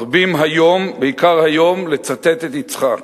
מרבים היום, בעיקר היום, לצטט את יצחק,